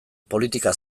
politika